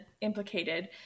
implicated